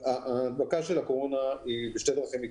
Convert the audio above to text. ההדבקה מתרחשת בשתי דרכים: